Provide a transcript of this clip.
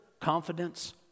confidence